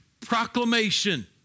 proclamation